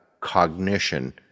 cognition